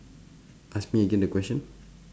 ask me again the question